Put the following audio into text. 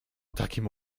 takim